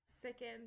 Second